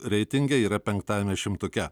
reitinge yra penktąjame šimtuke